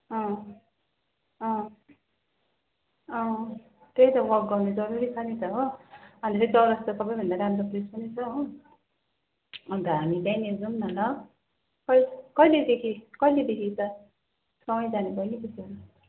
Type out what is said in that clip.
अँ अँ अँ त्यही त वाक गर्नु जरुरी छ नि त हो अनि त फेरि चौरस्ता सबैभन्दा राम्रो प्लेस पनि छ हो अनि त हामी त्यहीँनेरि जाऔँ न ल कै कहिलेदेखि कहिलेदेखि जा सँगै जानु बहिनी त्यसो हो